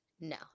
No